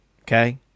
Okay